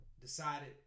decided